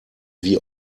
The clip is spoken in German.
wie